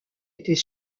était